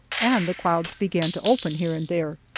and the clouds began to open here and there.